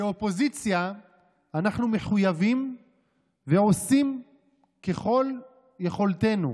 כאופוזיציה אנחנו מחויבים ועושים ככל יכולתנו